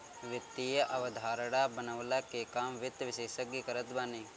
वित्तीय अवधारणा बनवला के काम वित्त विशेषज्ञ करत बाने